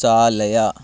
चालय